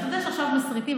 אתה יודע שעכשיו מסריטים,